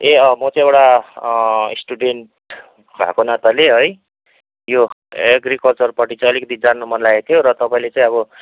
ए म चाहिँ एउटा स्टुडेन्ट भएको नाताले है यो एग्रिकल्चरपट्टि चाहिँ अलिकति जान्नु मनलागेको थियो र तपाईँले चाहिँ अब